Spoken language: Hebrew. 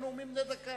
אנחנו בנאומים בני דקה,